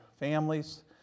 families